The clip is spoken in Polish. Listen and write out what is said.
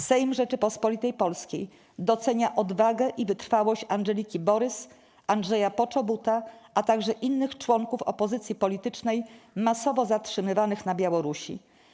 Sejm Rzeczypospolitej Polskiej docenia odwagę i wytrwałość Andżeliki Borys, Andrzeja Poczobuta, a także innych członków opozycji politycznej masowo zatrzymywanych na Białorusi.